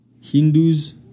Hindus